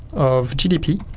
of gdp